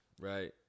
right